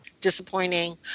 disappointing